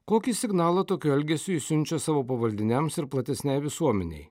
kokį signalą tokiu elgesiu jis siunčia savo pavaldiniams ir platesnei visuomenei